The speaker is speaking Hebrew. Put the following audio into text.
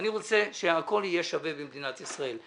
אני רוצה שהכול יהיה שווה במדינת ישראל,